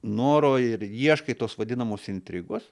noro ir ieškai tos vadinamos intrigos